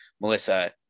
Melissa